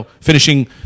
finishing